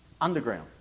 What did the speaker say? underground